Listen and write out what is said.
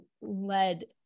led